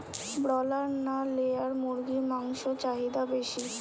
Broiler না layer মুরগির মাংসর চাহিদা বেশি?